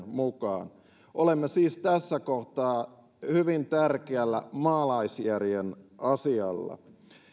mukaan olemme siis tässä kohtaa hyvin tärkeällä maalaisjärjen asialla